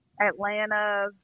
Atlanta